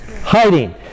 Hiding